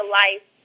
life